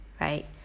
right